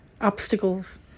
obstacles